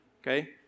Okay